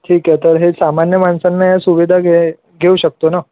ठीक आहे तर हे सामान्य माणसांना ह्या सुविधा घे घेऊ शकतो ना